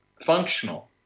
functional